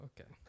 Okay